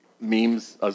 memes